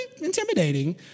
intimidating